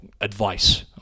advice